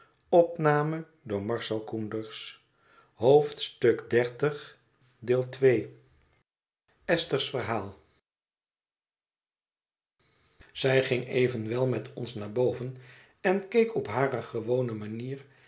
zij ging evenwel met ons naar boven en keek op hare gewone manier